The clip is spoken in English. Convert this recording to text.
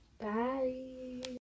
bye